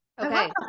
Okay